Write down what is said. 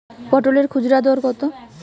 পটলের খুচরা দর কত?